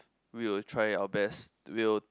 we will try out our best we will